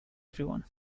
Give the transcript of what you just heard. everyone